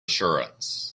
assurance